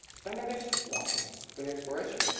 spend our days just walking for the exploration,